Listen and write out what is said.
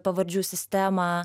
pavardžių sistemą